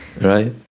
right